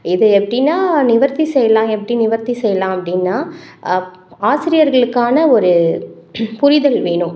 இது எப்டி நிவர்த்தி செய்யலாம் எப்படி நிவர்த்தி செய்யலாம் அப்படினா ஆசிரியர்களுக்கான ஒரு புரிதல் வேணும்